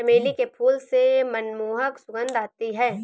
चमेली के फूल से मनमोहक सुगंध आती है